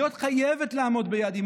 להיות חייבת לעמוד ביעדים.